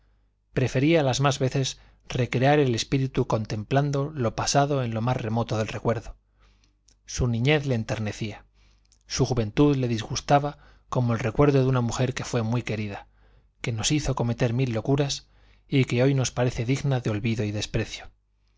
prefería las más veces recrear el espíritu contemplando lo pasado en lo más remoto del recuerdo su niñez le enternecía su juventud le disgustaba como el recuerdo de una mujer que fue muy querida que nos hizo cometer mil locuras y que hoy nos parece digna de olvido y desprecio